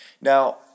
Now